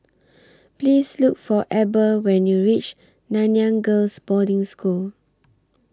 Please Look For Eber when YOU REACH Nanyang Girls' Boarding School